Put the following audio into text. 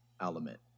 element